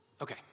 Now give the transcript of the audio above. Okay